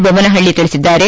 ಬೊಮ್ಮನಪಳ್ಳಿ ತಿಳಿಸಿದ್ದಾರೆ